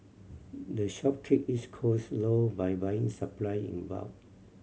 the shop keep its cost low by buying supply in bulk